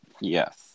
yes